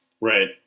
Right